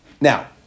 Now